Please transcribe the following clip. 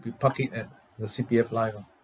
you park it at the C_P_F LIFE ah